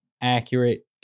accurate